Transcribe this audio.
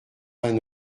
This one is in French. vingt